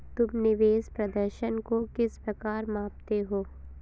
तुम निवेश प्रदर्शन को किस प्रकार मापते हो?